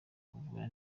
kuvura